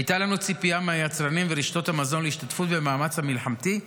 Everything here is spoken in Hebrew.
הייתה לנו ציפייה מהיצרנים ומרשתות המזון להשתתפות במאמץ המלחמתי,